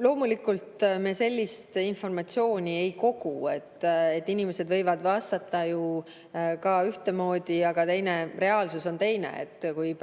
Loomulikult, sellist informatsiooni me ei kogu. Inimesed võivad vastata ju ühtemoodi, aga reaalsus on teine.